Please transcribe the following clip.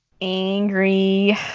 angry